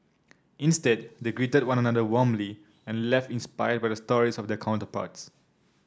instead they greeted one another warmly and left inspired by the stories of their counterparts